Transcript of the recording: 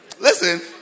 listen